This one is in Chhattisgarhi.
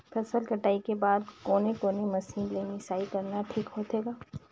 फसल कटाई के बाद कोने कोने मशीन ले मिसाई करना ठीक होथे ग?